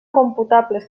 computables